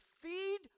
feed